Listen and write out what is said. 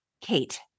Kate